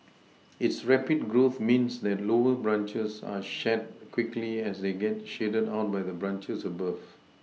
its rapid growth means that lower branches are shed quickly as they get shaded out by the branches above